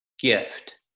gift